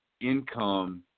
income